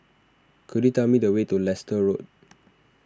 could you tell me the way to Leicester Road